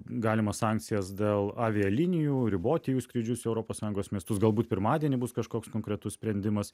galimas sankcijas dėl avialinijų riboti jų skrydžius į europos sąjungos miestus galbūt pirmadienį bus kažkoks konkretus sprendimas